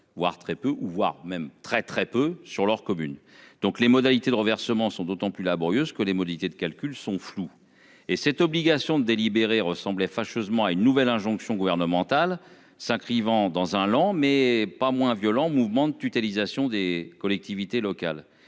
voire très peu ou voire même très très peu sur leur commune. Donc les modalités de reversements sont d'autant plus laborieuse que les modalités de calcul sont floues et cette obligation délibéré ressemblaient fâcheusement à une nouvelle injonction gouvernementale s'inscrivant dans un lent mais pas moins violent mouvement de tutelle nisation des collectivités locales.